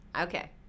Okay